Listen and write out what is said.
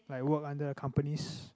like work under the companies